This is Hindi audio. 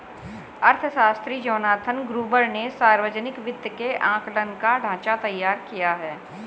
अर्थशास्त्री जोनाथन ग्रुबर ने सावर्जनिक वित्त के आंकलन का ढाँचा तैयार किया है